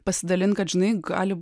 pasidalint kad žinai gali